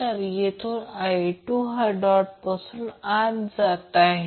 तर ते 1Q0 किंवा Q0 ω0 आहे